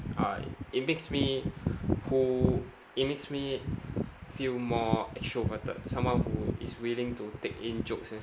uh it makes me who it makes me feel more extroverted someone who is willing to take in jokes and